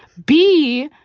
b